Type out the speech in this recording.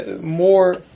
more